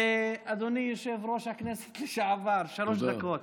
אדוני יושב-ראש הכנסת לשעבר, שלוש דקות.